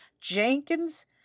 Jenkins